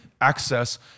access